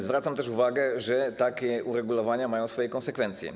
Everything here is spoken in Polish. Zwracam też uwagę, że takie uregulowania mają swoje konsekwencje.